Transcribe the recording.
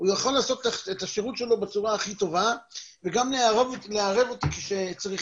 הוא יכול לעשות את השירות שלו בצורה הכי טובה וגם לערב אותי כשצריכים.